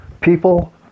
People